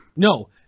No